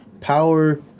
power